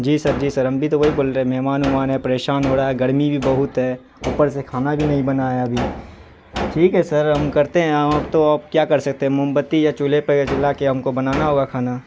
جی sir جی sir ہم بھی تو وہی بول رہے ہیں مہمان وہمان ہے پریشان ہو رہا ہے گرمی بھی بہت ہے اوپر سے کھانا بھی نہیں بنا ہے ابھی ٹھیک ہے سر ہم کرتے ہیں ہم اب تو اب کیا کر سکتے موم بتی یا چولہے پہ یا جلا کے ہم کو بنانا ہوگا کھانا